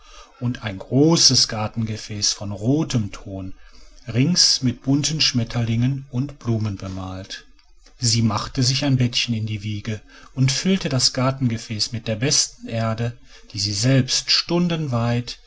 und ein großes gartengefäß von rotem ton rings mit bunten schmetterlingen und blumen bemalt sie machte sich ein bettchen in die wiege und füllte das gartengefäß mit der besten erde die sie selbst stundenweit in